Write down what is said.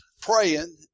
praying